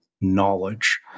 knowledge